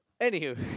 anywho